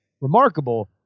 remarkable